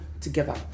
together